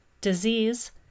disease